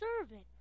servant